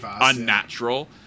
unnatural